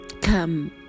come